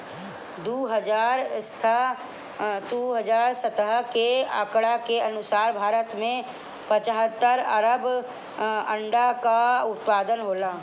दू हज़ार सत्रह के आंकड़ा के अनुसार भारत में पचहत्तर अरब अंडा कअ उत्पादन होला